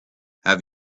have